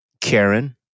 Karen